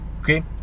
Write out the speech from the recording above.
okay